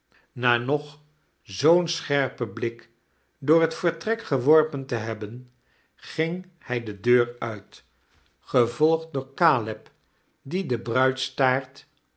na nog zoo'n scherpen blik door het vertrek geworpen te hebben ging hij de deur uit gevolgd door caleb die de bruidstaart